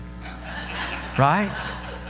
Right